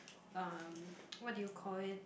um what do you call it